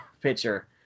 pitcher